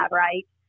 right